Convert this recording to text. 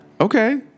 Okay